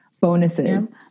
bonuses